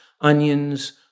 onions